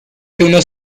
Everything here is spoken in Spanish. que